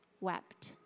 wept